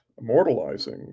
immortalizing